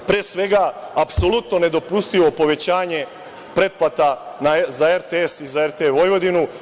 Pre svega, apsolutno nedopustivo povećanje pretplata za RTS i za RT Vojvodinu.